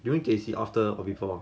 during J_C after or before